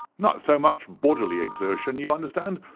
not so much bodily exertion, you understand,